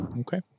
Okay